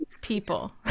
people